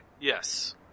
Yes